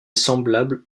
semblable